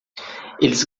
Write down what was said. eles